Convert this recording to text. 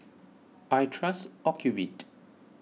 I trust Ocuvite